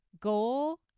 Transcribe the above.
Goal